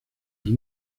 del